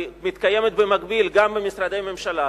מתקיימת במקביל גם במשרדי ממשלה,